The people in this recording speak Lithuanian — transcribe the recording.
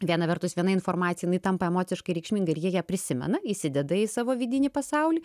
viena vertus viena informacija jinai tampa emociškai reikšminga ir jie ją prisimena įsideda į savo vidinį pasaulį